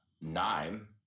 nine